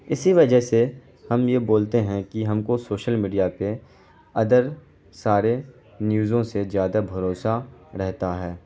اسی وجہ سے ہم یہ بولتے ہیں کہ ہم کو سوشل میڈیا پہ ادر سارے نیوزوں سے زیادہ بھروسہ رہتا ہے